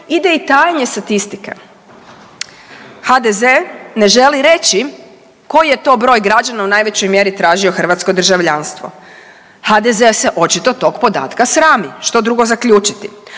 ne razumije./… statistike. HDZ ne želi reći koji je to broj građana u najvećoj mjeri tražio hrvatsko državljanstvo. HDZ se očito tog podatka srami, što drugo zaključiti?